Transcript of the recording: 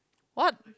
what